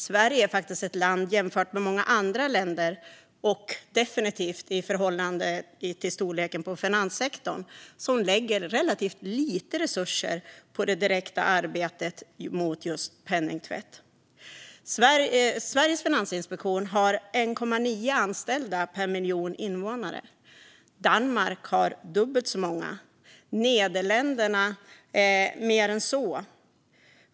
Sverige är, jämfört med många andra länder och definitivt i förhållande till storleken på vår finanssektor, ett land som lägger relativt lite resurser på det direkta arbetet mot just penningtvätt. Sveriges finansinspektion har 1,9 anställda per miljon invånare. Danmark har dubbelt så många och Nederländerna mer än så.